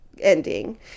ending